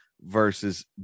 versus